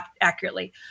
accurately